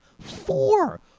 four